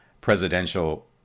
presidential